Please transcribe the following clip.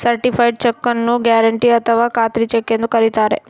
certified ಚೆಕ್ಕು ನ್ನು guarantee ಅಥಾವ ಖಾತ್ರಿ ಚೆಕ್ ಎಂದು ಕರಿತಾರೆ